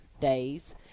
days